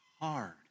hard